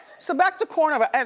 so back to corona. but and